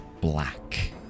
black